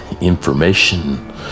information